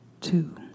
two